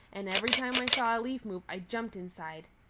and every time i saw a leaf move i jumped inside.